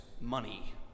money